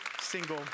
single